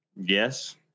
Yes